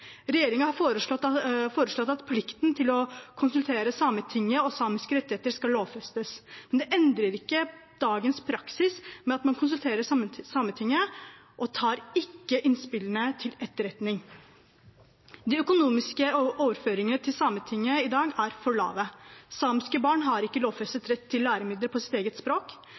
har foreslått at samiske rettigheter og plikten til å konsultere Sametinget skal lovfestes, men det endrer ikke dagens praksis med at man konsulterer Sametinget og ikke tar innspillene til etterretning. De økonomiske overføringene til Sametinget i dag er for små. Samiske barn har ikke lovfestet rett til læremidler på sitt eget språk.